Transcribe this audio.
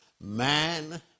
Man